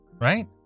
Right